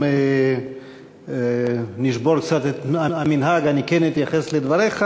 אם נשבור קצת את המנהג, אני כן אתייחס לדבריך.